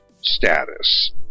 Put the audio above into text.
status